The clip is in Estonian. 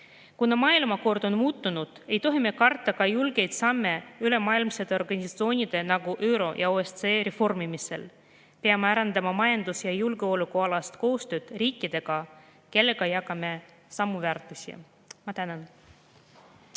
Kuna maailmakord on muutunud, ei tohi me karta ka julgeid samme ülemaailmsete organisatsioonide, nagu ÜRO ja OSCE reformimisel. Peame arendama majandus‑ ja julgeolekualast koostööd riikidega, kellega jagame samu väärtusi. Tänan!